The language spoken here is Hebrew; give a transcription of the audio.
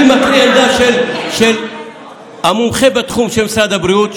אני מקריא עמדה של המומחה בתחום של משרד הבריאות,